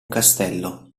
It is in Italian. castello